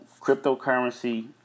Cryptocurrency